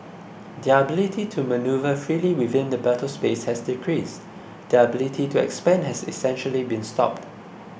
their ability to manoeuvre freely within the battle space has decreased their ability to expand has essentially been stopped